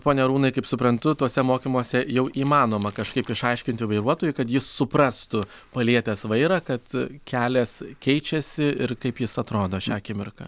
pone arūnai kaip suprantu tuose mokymuose jau įmanoma kažkaip išaiškinti vairuotojui kad jis suprastų palietęs vairą kad kelias keičiasi ir kaip jis atrodo šią akimirką